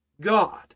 God